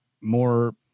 more